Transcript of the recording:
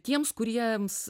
tiems kuriems